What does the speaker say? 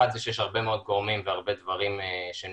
אחד שיש הרבה מאוד גורמים והרבה דברים שנמצאים